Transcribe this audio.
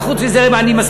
אבל חוץ מזה אני,